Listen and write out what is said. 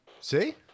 See